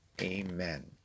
Amen